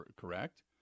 correct